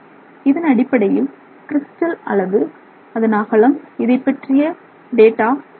இதனடிப்படையில் கிரிஸ்டல் அளவு அதன் அகலம் இதைப்பற்றிய டேட்டா கூறமுடியும்